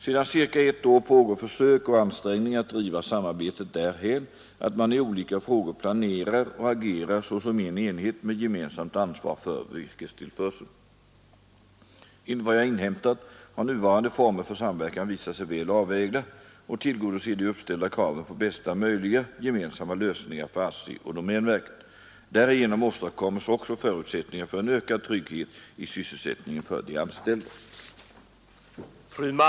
Sedan cirka ett år pågår försök och ansträngningar att driva samarbetet därhän, att man i olika frågor planerar och agerar såsom en enhet med gemensamt ansvar för virkestillförseln. Enligt vad jag inhämtat har nuvarande former för samverkan visat sig väl avvägda och tillgodoser de uppställda kraven på bästa möjliga gemensamma lösningar för ASSI och domänverket. Därigenom åstadkommes också förutsättningar för en ökad trygghet i sysselsättningen för de anställda.